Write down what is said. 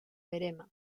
verema